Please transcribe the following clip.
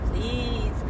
please